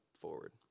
forward